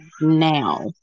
now